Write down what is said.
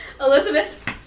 Elizabeth